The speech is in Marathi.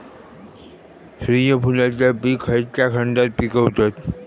सूर्यफूलाचा पीक खयच्या खंडात जास्त पिकवतत?